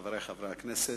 חברי חברי הכנסת,